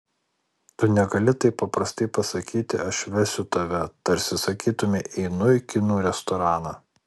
tu negali taip paprastai pasakyti aš vesiu tave tarsi sakytumei einu į kinų restoraną